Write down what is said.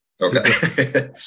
Okay